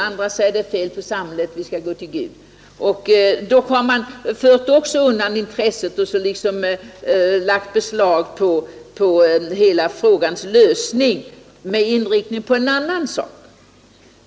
Andra säger att det är fel på samhället, vi skall gå till Gud. Då har man också fört undan intresset och lagt beslag på hela frågans lösning med inriktning på en annan sak.